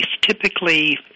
typically